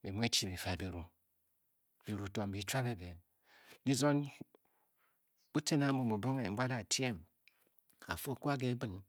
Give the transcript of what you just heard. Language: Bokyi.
be bi mu bi chi kifad byiru, byiru to mbi byi chuabe be kizong butcen ambu bubonghe okwa ke ebin